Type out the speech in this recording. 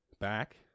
back